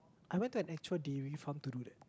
I went to an actual dairy farm to do that